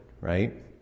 right